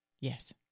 Yes